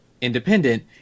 independent